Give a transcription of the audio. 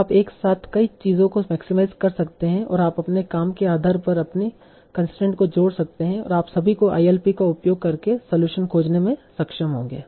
तो आप एक साथ कई चीजों को मैक्सीमाईज कर सकते हैं और आप अपने काम के आधार पर अपनी कंसट्रेंट को जोड़ सकते हैं और आप अभी भी ILP का उपयोग करके सलूशन खोजने में सक्षम होंगे